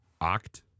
Oct